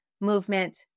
movement